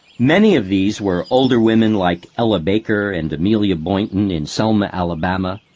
many of these were older women like ella baker, and amelia boynton in selma, alabama,